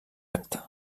acte